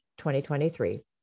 2023